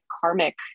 karmic